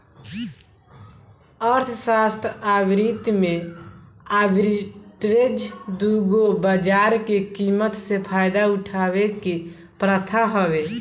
अर्थशास्त्र आ वित्त में आर्बिट्रेज दू गो बाजार के कीमत से फायदा उठावे के प्रथा हवे